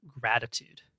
gratitude